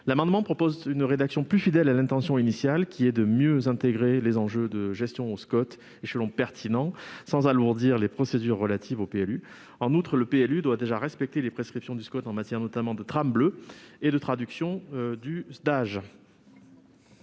que je vous soumets est plus fidèle à l'intention première, qui est de mieux intégrer les enjeux de gestion au SCoT, échelon pertinent, sans alourdir les procédures relatives au PLU. En outre, le PLU doit déjà respecter les prescriptions du SCoT en matière de « trame bleue » et de traduction du schéma